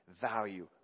value